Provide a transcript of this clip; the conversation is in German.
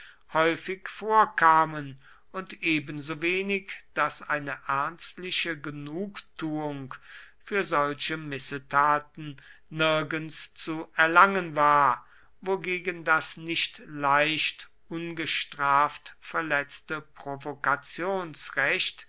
häufig vorkamen und ebensowenig daß eine ernstliche genugtuung für solche missetaten nirgends zu erlangen war wogegen das nicht leicht ungestraft verletzte